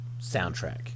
soundtrack